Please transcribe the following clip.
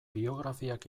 biografiak